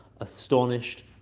astonished